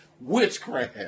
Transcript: Witchcraft